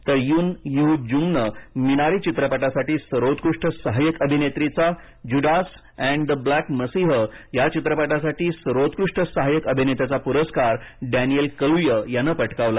तर Youn Yuh जुंगने Minari चित्रपटासाठी सर्वोत्कृष्ट सहाय्यक अभिनेत्रीचा Judas and the Black Messiah या चित्रपटासाठी सर्वोत्कृष्ट सहाय्यक अभिनेत्याचा पुरस्कार डनिएल कलुया यानं पटकावला